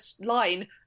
line